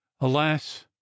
Alas